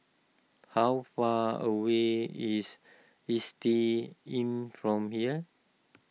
how far away is Istay Inn from here